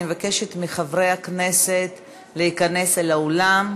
אני מבקשת מחברי הכנסת להיכנס אל האולם.